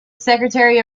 secretary